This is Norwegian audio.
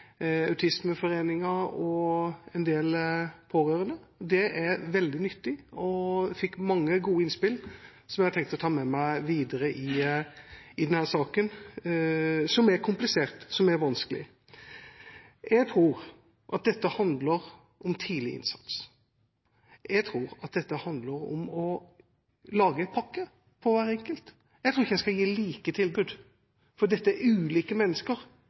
og en del pårørende. Det er veldig nyttig. Jeg fikk mange gode innspill som jeg har tenkt å ta med meg videre i denne saken, som er komplisert, som er vanskelig. Jeg tror at dette handler om tidlig innsats. Jeg tror at dette handler om å lage en pakke for hver enkelt. Jeg tror ikke en skal gi like tilbud – for dette er ulike mennesker,